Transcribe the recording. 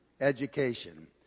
education